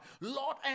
Lord